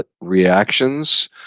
reactions